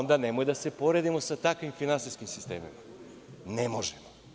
Onda nemojte da se poredimo sa takvim finansijskim sistemima, ne možemo.